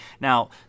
Now